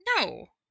No